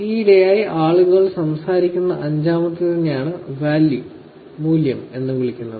ഈയിടെയായി ആളുകൾ സംസാരിക്കുന്ന അഞ്ചാമത്തേതിനെയാണ് വാല്യൂ മൂല്യം എന്ന് വിളിക്കുന്നത്